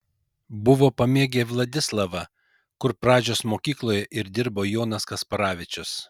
buvo pamėgę vladislavą kur pradžios mokykloje ir dirbo jonas kasparavičius